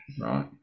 right